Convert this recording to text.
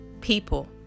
people